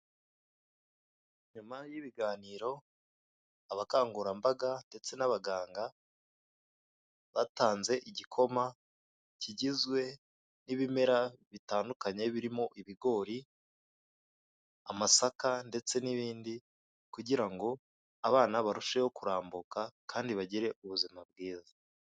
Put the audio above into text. Nyuma y'ibiganiro abakangurambaga ndetse n'abaganga batanze igikoma kigizwe n'ibimera bitandukanye birimo ibigori, amasaka ndetse n'ibindi kugira ngo abana barusheho kurambuka kandi bagire ubuzima bwiza.